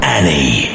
Annie